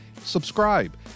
Subscribe